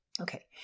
Okay